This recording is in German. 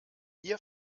ihr